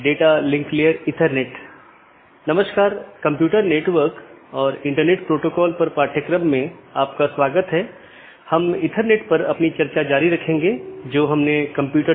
यदि आप पिछले लेक्चरों को याद करें तो हमने दो चीजों पर चर्चा की थी एक इंटीरियर राउटिंग प्रोटोकॉल जो ऑटॉनमस सिस्टमों के भीतर हैं और दूसरा बाहरी राउटिंग प्रोटोकॉल जो दो या उससे अधिक ऑटॉनमस सिस्टमो के बीच है